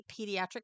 pediatric